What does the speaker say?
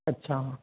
अच्छा